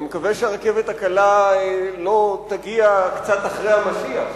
אני מקווה שהרכבת הקלה לא תגיע קצת אחרי המשיח.